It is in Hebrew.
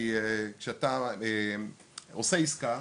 כשאתה עושה עסקה,